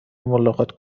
ملاقات